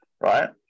right